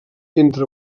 entre